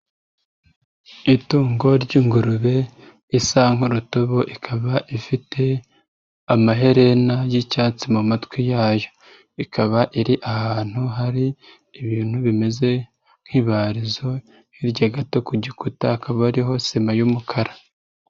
Itungo ry'ingurube, risa nk'urutobo ikaba ifite amaherena y'icyatsi mu matwi yayo. Ikaba iri ahantu hari ibintu bimeze nk'ibarizo, hirya gato ku gikuta hakaba hariho sima y'umukara.